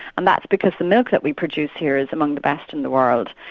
and that's because the milk that we produce here is among the best in the world.